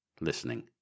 listening